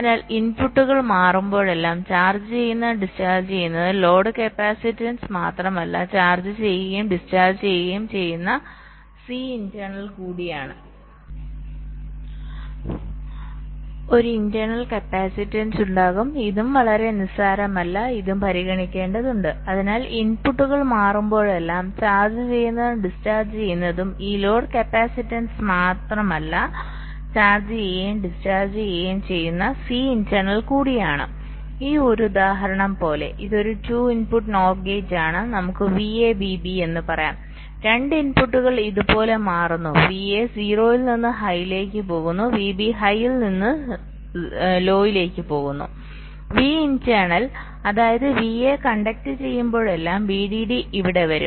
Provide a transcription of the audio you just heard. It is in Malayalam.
അതിനാൽ ഇൻപുട്ടുകൾ മാറുമ്പോഴെല്ലാം ചാർജ് ചെയ്യുന്നതും ഡിസ്ചാർജ് ചെയ്യുന്നതും ഈ ലോഡ് കപ്പാസിറ്റൻസ് മാത്രമല്ല ചാർജ് ചെയ്യുകയും ഡിസ്ചാർജ് ചെയ്യുകയും ചെയ്യുന്ന സി ഇന്റേണൽ കൂടിയാണ് ഈ ഉദാഹരണം പോലെ ഇതൊരു 2 ഇൻപുട്ട് NOR ഗേറ്റ് ആണ് നമുക്ക് VA VB എന്ന് പറയാം 2 ഇൻപുട്ടുകൾ ഇതുപോലെ മാറുന്നു VA 0 ൽ നിന്ന് ഹൈയിലേക് പോകുന്നു VB ഹൈയിൽ നിന്ന് ലോയിലേക്ക് പോകുന്നു വി ഇന്റർനൽ അതിനാൽ VA കണ്ടക്ട് ചെയ്യുമ്പോഴെല്ലാം വിഡിഡി ഇവിടെ വരും